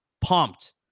pumped